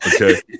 Okay